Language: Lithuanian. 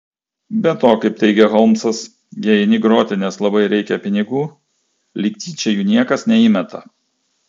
be to kaip teigia holmsas jei eini groti nes labai reikia pinigų lyg tyčia jų niekas neįmeta